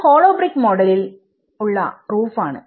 ഇത് hollow brick മോഡെലിൽ ഉള്ള റൂഫ് ആണ്